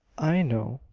i know,